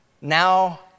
Now